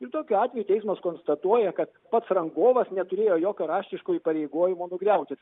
ir tokiu atveju teismas konstatuoja kad pats rangovas neturėjo jokio raštiško įpareigojimo nugriauti